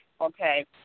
okay